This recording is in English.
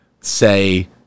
say